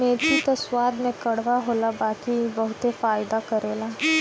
मेथी त स्वाद में कड़वा होला बाकी इ बहुते फायदा करेला